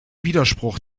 widerspruch